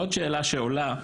עוד שאלה שעולה,